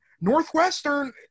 northwestern